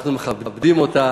אתם רוצים,